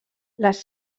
les